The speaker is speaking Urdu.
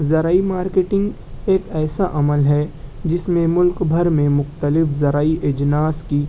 زرعی مارکیٹنگ ایک ایسا عمل ہے جس میں ملک بھر میں مختلف زرعی اجناس کی